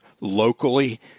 locally